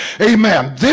amen